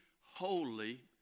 holy